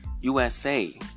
USA